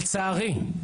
לצערי,